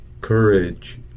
courage